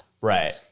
Right